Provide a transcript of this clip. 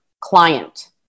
client